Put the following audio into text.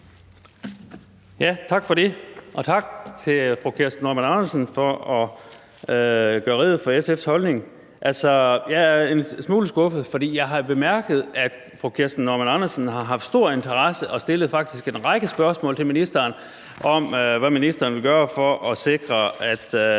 Tak for det, og tak til fru Kirsten Normann Andersen for at gøre rede for SF's holdning. Altså, jeg er en smule skuffet, for jeg har jo bemærket, at fru Kirsten Normann Andersen har haft stor interesse for det og faktisk stillet en række spørgsmål til ministeren om, hvad ministeren vil gøre for at sikre, at